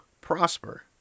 prosper